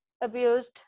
abused